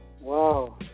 Wow